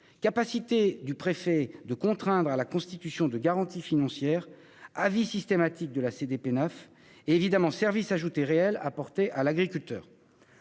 capacité du préfet de contraindre à la constitution de garanties financières, avis systématique de la CDPENAF et, évidemment, service ajouté réel apporté à l'agriculteur.